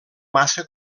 massa